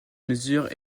mesure